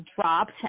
dropped